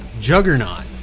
Juggernaut